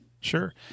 sure